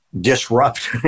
disrupt